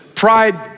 Pride